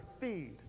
feed